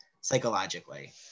psychologically